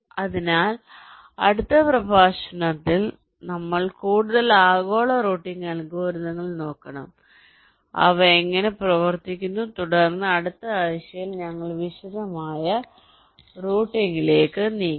അതിനാൽ അടുത്ത പ്രഭാഷണത്തിനായി നമ്മൾ കൂടുതൽ ആഗോള റൂട്ടിംഗ് അൽഗോരിതങ്ങൾ നോക്കണം അതിനാൽ അവ എങ്ങനെ പ്രവർത്തിക്കുന്നു തുടർന്ന് അടുത്ത ആഴ്ചയിൽ ഞങ്ങൾ വിശദമായ റൂട്ടിംഗിലേക്ക് നീങ്ങും